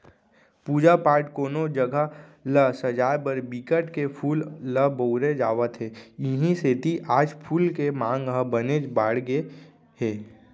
पूजा पाठ, कोनो जघा ल सजाय बर बिकट के फूल ल बउरे जावत हे इहीं सेती आज फूल के मांग ह बनेच बाड़गे गे हे